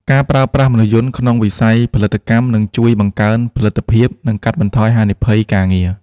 ការប្រើប្រាស់មនុស្សយន្តក្នុងវិស័យផលិតកម្មនឹងជួយបង្កើនផលិតភាព និងកាត់បន្ថយហានិភ័យការងារ។